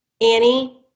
Annie